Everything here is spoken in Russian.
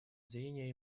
зрение